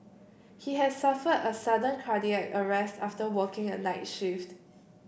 he has suffered a sudden cardiac arrest after working a night shift